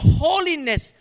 holiness